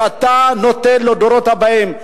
אתה נותן לדורות הבאים,